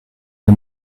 are